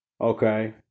Okay